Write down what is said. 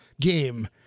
game